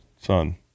son